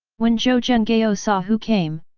when zhou zhenghao saw who came,